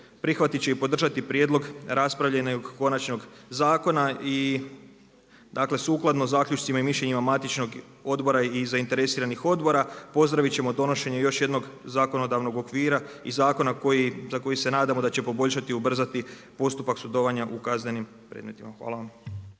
prihvatit će i podržati prijedloge raspravljenih konačnih prijedloga zakona sukladno zaključcima i mišljenja matičnih odbora i zainteresiranih odbora te pozdraviti donošenje jednog ovakvog zakonodavnog okvira za koji se nadamo da će poboljšati i ubrzati postupak sudovanja u kaznenim predmetima u RH.